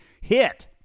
hit